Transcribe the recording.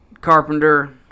Carpenter